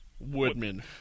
Woodman